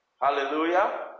Hallelujah